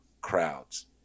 crowds